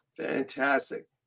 Fantastic